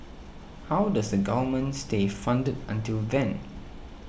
how does the Government stay funded until then